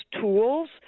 tools